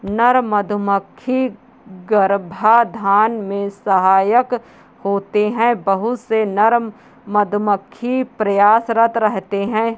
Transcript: नर मधुमक्खी गर्भाधान में सहायक होते हैं बहुत से नर मधुमक्खी प्रयासरत रहते हैं